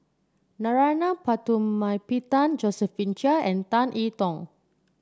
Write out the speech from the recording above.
Narana Putumaippittan Josephine Chia and Tan I Tong